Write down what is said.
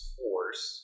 force